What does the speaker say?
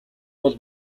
бол